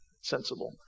sensible